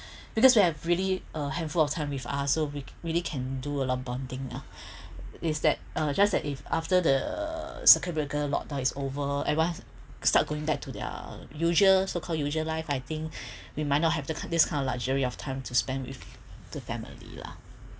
because we have really a handful of time with us so we really can do a lot of bonding lah is that just that if after the circuit breaker lock down is over everyone start going back to their usual so called usual life I think we might not have the this kind of luxury of time to spend with the family lah